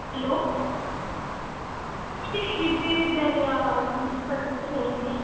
hello Vijay Vidyalaya principal சாருங்களா